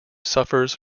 suffers